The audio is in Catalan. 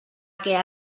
què